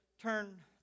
turn